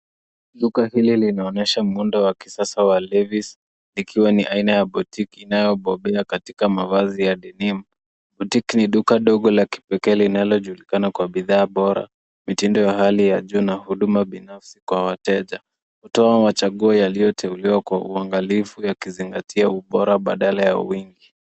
Duka hili linaonyesha muundo wa kisasa wa Levi's ikiwa ni aina ya boutique inayobobea katika mavazi ya denim . Boutique ni duka ndogo la kipekee linalo julikana kwa bidhaa bora, mitindo ya hali ya juu na huduma binafsi kwa wateja. Hutoa machaguo yaliyoteuliwa kwa uangalifu yakizingatia ubora badala ya wingi.